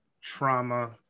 trauma